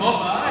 פה, בארץ?